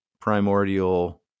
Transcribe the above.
primordial